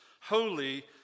holy